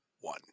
One